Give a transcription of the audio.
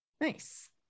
Nice